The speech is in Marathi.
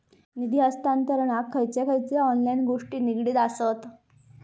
निधी हस्तांतरणाक खयचे खयचे ऑनलाइन गोष्टी निगडीत आसत?